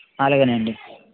అలాగే అండి